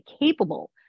capable